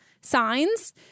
signs